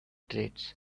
treats